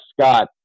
Scott